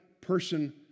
person